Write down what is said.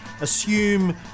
assume